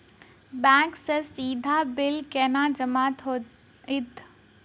Bank सँ सीधा bill केना जमा होइत?